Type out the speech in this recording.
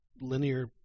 linear